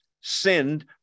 sinned